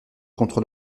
contre